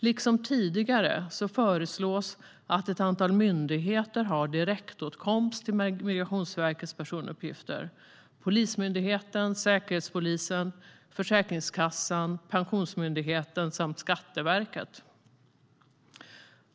Liksom tidigare föreslås att ett antal myndigheter ska ha direktåtkomst till Migrationsverkets personuppgifter: Polismyndigheten, Säkerhetspolisen, Försäkringskassan, Pensionsmyndigheten samt Skatteverket.